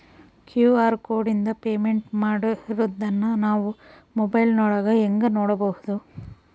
QR ಕೋಡಿಂದ payment ಮಾಡಿರೋದನ್ನ ನಾವು ಮೊಬೈಲಿನೊಳಗ ಹೆಂಗ ನೋಡಬಹುದು?